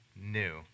new